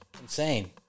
Insane